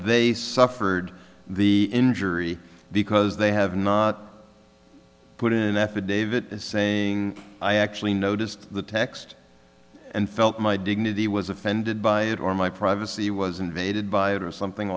they suffered the injury because they have not put in an effort david is saying i actually noticed the text and felt my dignity was offended by it or my privacy was invaded by it or something